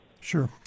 Sure